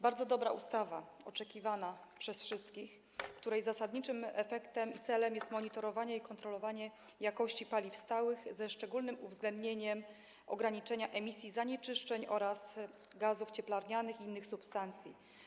Bardzo dobra ustawa, oczekiwana przez wszystkich, której zasadniczym efektem i celem jest monitorowanie i kontrolowanie jakości paliw stałych, ze szczególnym uwzględnieniem ograniczenia emisji zanieczyszczeń oraz gazów cieplarnianych i innych substancji.